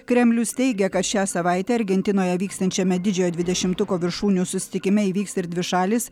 kremlius teigia kad šią savaitę argentinoje vyksiančiame didžiojo dvidešimtuko viršūnių susitikime įvyks ir dvišalis